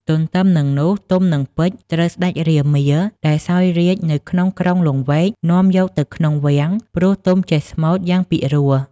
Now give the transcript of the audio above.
ទន្ទឹមនឹងនោះទុំ និងពេជ្រត្រូវសេ្តចរាមាដែលសោយរាជ្យនៅក្នុង ក្រុងលង្វែកនាំយកទៅក្នុងវាំងព្រោះទុំចេះស្មូត្រយ៉ាងពិរោះ។